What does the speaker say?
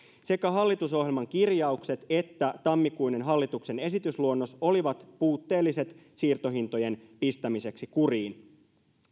sekä hallitusohjelman kirjaukset että tammikuinen hallituksen esitysluonnos olivat puutteelliset siirtohintojen pistämiseksi kuriin